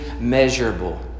measurable